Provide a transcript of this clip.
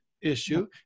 issue